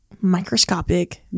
microscopic